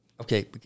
Okay